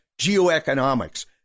geoeconomics